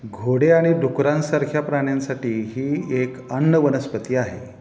घोडे आणि डुकरांसारख्या प्राण्यांसाठी ही एक अन्न वनस्पती आहे